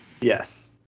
Yes